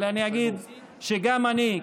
אבל אני אגיד שגם אני,